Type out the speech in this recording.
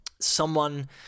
someone-